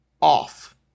off